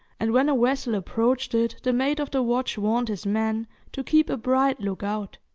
and when a vessel approached it the mate of the watch warned his men to keep a bright look out.